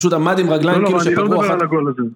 פשוט עמד עם רגליים כאילו שפגעו אחת